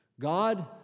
God